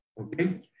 Okay